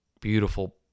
beautiful